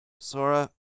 Sora